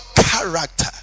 character